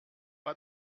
pas